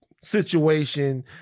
situation